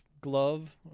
glove